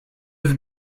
have